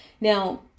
now